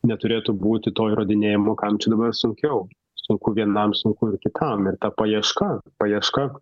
neturėtų būti to įrodinėjimo kam čia dabar sunkiau sunku vienam sunku ir kitam ir ta paieška paieška